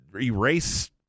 erase